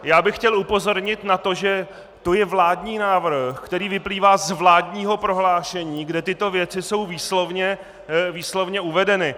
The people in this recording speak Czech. Já bych chtěl upozornit na to , že to je vládní návrh, který vyplývá z vládního prohlášení, kde tyto věci jsou výslovně uvedeny.